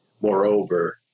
Moreover